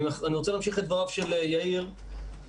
אני רוצה להמשיך את דבריו של יאיר ולומר,